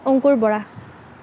Ankur Bora